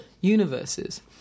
universes